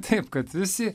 taip kad visi